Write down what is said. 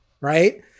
right